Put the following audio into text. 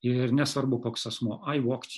ir nesvarbu koks asmuo i vokt